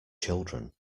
children